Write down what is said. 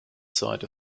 side